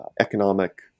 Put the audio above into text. economic